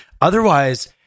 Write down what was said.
Otherwise